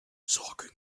talking